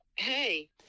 Hey